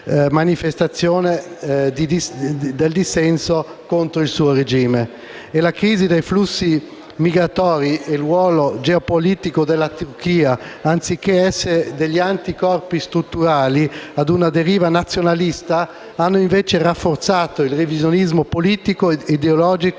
La crisi dei flussi migratori e il ruolo geopolitico della Turchia, anziché essere degli anticorpi strutturali a una deriva nazionalista, hanno rafforzato il revisionismo politico e ideologico